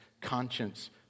conscience